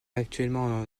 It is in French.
actuellement